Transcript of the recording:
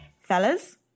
Fellas